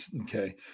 okay